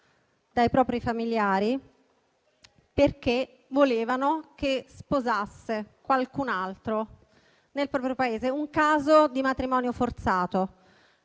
dai propri familiari perché volevano che sposasse un uomo nel proprio Paese, un caso di matrimonio forzato.